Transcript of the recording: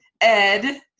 Ed